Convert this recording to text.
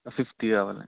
fifty కావాలి